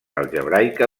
algebraica